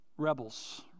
rebels